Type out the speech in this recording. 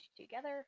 together